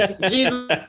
Jesus